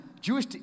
Jewish